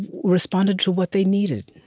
responded to what they needed.